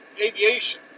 Aviation